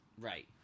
Right